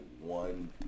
one